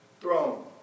throne